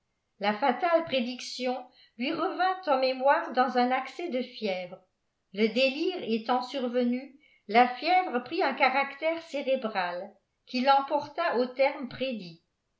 la fatale prédiction lui révint en mémoire dans un acès de fièvre le délire étant survenu la fièvre prit un caractère cérébral qui l'emporta au terme prédit